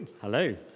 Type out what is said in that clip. hello